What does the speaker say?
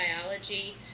biology